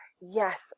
yes